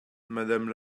madame